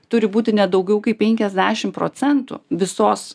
turi būti ne daugiau kaip penkiasdešimt procentų visos